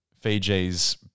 Fiji's